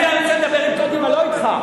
אני רוצה לדבר עם קדימה, לא אתך.